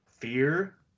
Fear